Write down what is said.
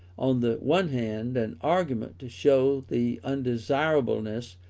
on the one hand, an argument to show the undesirableness,